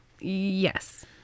Yes